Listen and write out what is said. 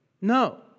No